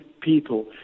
people